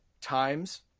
times